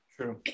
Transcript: True